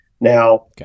Now